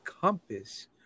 compass